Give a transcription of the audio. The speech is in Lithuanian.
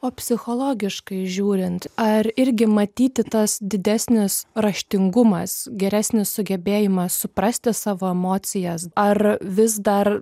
o psichologiškai žiūrint ar irgi matyti tas didesnis raštingumas geresnis sugebėjimas suprasti savo emocijas ar vis dar